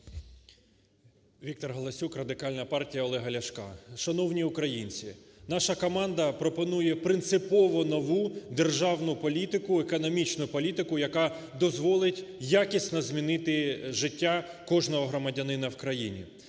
Віктор Галасюк, Радикальна партія Олега Ляшка. Шановні українці! Наша команда пропонує принципово нову державну політику, економічну політику, яка дозволить якісно змінити життя кожного громадянина в країні.